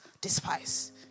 despise